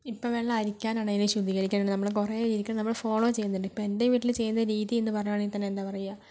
ഇപ്പം വെള്ളം അരിക്കാനാണേലും ശുദ്ധീകരിക്കാനാണേലും നമ്മള് കുറെ രീതികള് നമ്മള് ഫോള്ളോ ചെയ്യുന്നുണ്ട് ഇപ്പം എൻ്റെ വീട്ടില് ചെയ്യുന്ന രീതിന്ന് പറയുവാണെങ്കിൽ തന്നെ എന്താ പറയുക